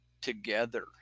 together